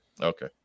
Okay